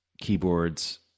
keyboards